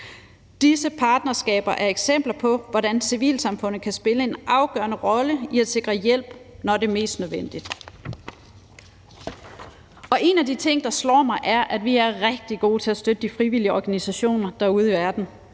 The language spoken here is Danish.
Disse partnerskaber er eksempler på, hvordan civilsamfundet kan spille en afgørende rolle i at sikre hjælp, når det er mest nødvendigt. En af de ting, der slår mig, er, at vi er rigtig gode til at støtte de frivillige organisationer derude i verden.